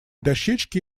дощечке